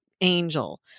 angel